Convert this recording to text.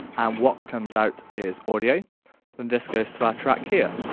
and what comes out is audio then this goes to our track here.